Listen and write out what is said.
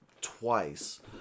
twice